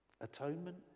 atonement